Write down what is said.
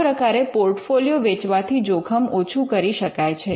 આ પ્રકારે પૉર્ટફોલિઓ વેચવાથી જોખમ ઓછું કરી શકાય છે